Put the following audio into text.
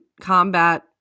combat